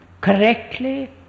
correctly